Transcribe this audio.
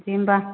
दे होनब्ला